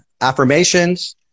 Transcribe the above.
Affirmations